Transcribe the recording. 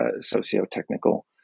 socio-technical